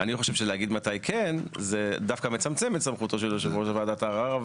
אני חושב שלהגיד מתי כן זה דווקא מצמצם את סמכותו של ועדת ערר.